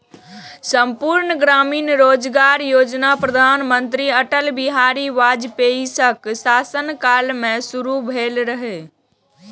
संपूर्ण ग्रामीण रोजगार योजना प्रधानमंत्री अटल बिहारी वाजपेयीक शासन काल मे शुरू भेल रहै